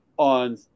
On